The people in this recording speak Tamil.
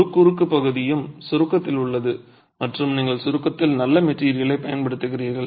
முழு குறுக்கு பகுதியும் சுருக்கத்தில் உள்ளது மற்றும் நீங்கள் சுருக்கத்தில் நல்ல மெட்டிரியலைப் பயன்படுத்துகிறீர்கள்